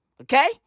Okay